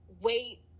wait